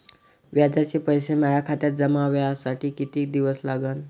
व्याजाचे पैसे माया खात्यात जमा व्हासाठी कितीक दिवस लागन?